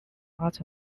part